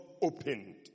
opened